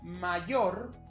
mayor